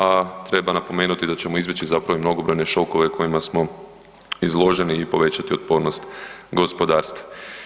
A treba napomenuti i da ćemo izbjeći zapravo i mnogobrojne šokove kojima smo izloženi i povećati otpornost gospodarstva.